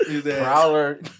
Prowler